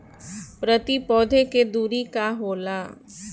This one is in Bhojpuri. प्रति पौधे के दूरी का होला?